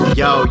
yo